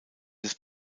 des